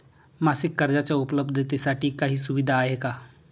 मासिक कर्जाच्या उपलब्धतेसाठी काही सुविधा आहे का?